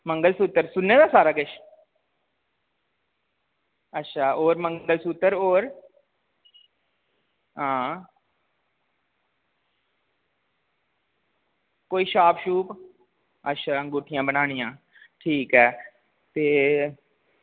मंगलसूत्र सुन्ने दा सारा किश अच्छा मंगलसूत्र होर हां कोई छाप अच्छा अंगुठियां बनानियां ठीक ऐ ते